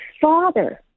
father